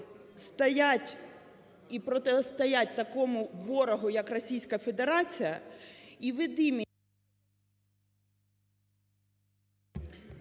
стоять і протистоять такому ворогу, як Російська Федерація, і від…